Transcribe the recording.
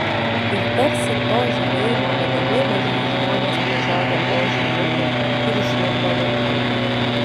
ir tarsi to žibėjimo vedami mažieji žmonės pražiodė ožiui burną ir išlindo laukan